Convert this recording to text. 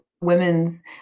women's